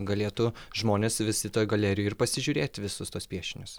galėtų žmonės visi toj galerijoj ir pasižiūrėti visus tuos piešinius